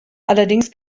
allerdings